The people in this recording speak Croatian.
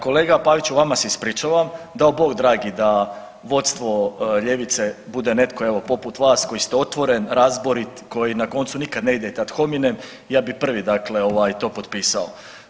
Kolega Paviću vama se ispričavam dao Bog dragi da vodstvo ljevice bude netko evo poput vas koji ste otvoren, razborit, koji na koncu nikad ne ide ad hominem ja bi prvi dakle ovaj to potpisao.